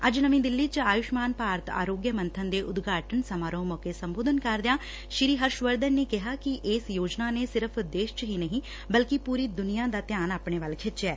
ਅੱਜ ਨਵੀਂ ਦਿੱਲੀ ਚ ਆਯੁਸ਼ਮਾਨ ਭਾਰਤ ਆਰੋਗਯ ਮੰਬਨ ਦੇ ਉਦਘਾਟਨ ਸਮਾਰੋਹ ਮੌਕੇ ਸੰਬੋਧਨ ਕਰਦਿਆਂ ਸ੍ਸੀ ਹਰਸ਼ਵਰਧਨ ਨੇ ਕਿਹਾ ਕਿ ਇਸ ਯੋਜਨਾ ਨੇ ਸਿਰਫ਼ ਦੇਸ਼ ਚ ਹੀ ਨਹੀ ਬਲਕਿ ਪੁਰੀ ਦੁਨੀਆਂ ਦਾ ਧਿਆਨ ਆਪਣੇ ਵੱਲ ਖਿਚਿਐ